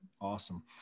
Awesome